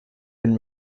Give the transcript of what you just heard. been